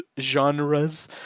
genres